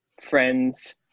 friends